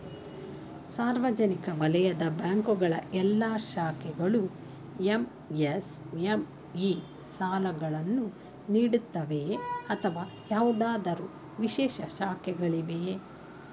ಸಾರ್ವಜನಿಕ ವಲಯದ ಬ್ಯಾಂಕ್ ಗಳ ಎಲ್ಲಾ ಶಾಖೆಗಳು ಎಂ.ಎಸ್.ಎಂ.ಇ ಸಾಲಗಳನ್ನು ನೀಡುತ್ತವೆಯೇ ಅಥವಾ ಯಾವುದಾದರು ವಿಶೇಷ ಶಾಖೆಗಳಿವೆಯೇ?